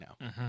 now